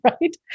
Right